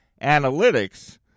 analytics